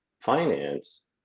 finance